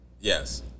Yes